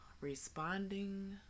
responding